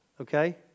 Okay